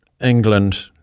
England